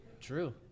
True